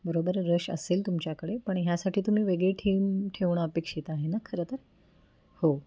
बरोबर रश असेल तुमच्याकडे पण ह्यासाठी तुम्ही वेगळी ठीम ठेवणं अपेक्षित आहे ना खरंतर हो